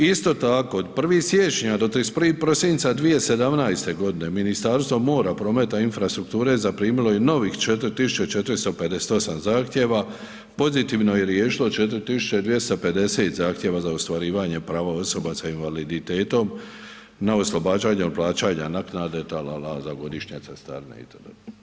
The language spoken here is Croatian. Isto tako, od 1. siječnja do 31. prosinca 2017. g., Ministarstvo mora, prometa i infrastrukture je zaprimilo novih 4458 zahtjeva, pozitivno je riješilo 4250 zahtjeva za ostvarivanje prava osoba sa invaliditetom na oslobađanje od plaćanje naknade tralala za godišnje cestarine itd.